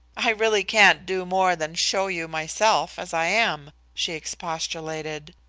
i really can't do more than show you myself as i am, she expostulated.